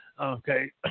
Okay